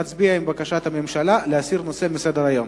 מצביע עם בקשת הממשלה להסיר את הנושא מסדר-היום.